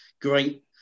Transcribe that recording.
great